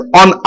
on